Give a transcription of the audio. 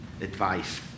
advice